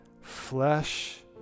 flesh